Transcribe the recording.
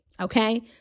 okay